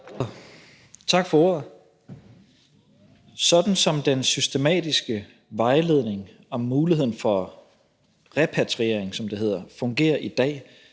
Tak for ordet. Sådan som den systematiske vejledning om muligheden for repatriering, som det hedder, fungerer i dag,